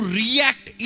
react